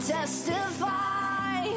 testify